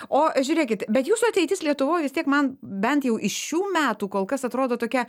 o žiūrėkit bet jūsų ateitis lietuvoj vis tiek man bent jau iš šių metų kol kas atrodo tokia